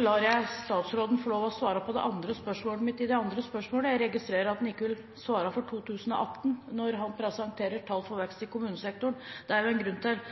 lar jeg statsråden få lov til å svare på det andre spørsmålet jeg stilte. Jeg registrerer at han ikke vil svare for 2018 når han presenterer tall for vekst i kommunesektoren – det er det jo en grunn til.